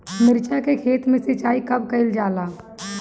मिर्चा के खेत में सिचाई कब कइल जाला?